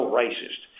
racist